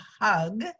hug